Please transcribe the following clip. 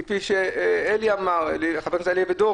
כפי שחבר הכנסת אלי אבידור,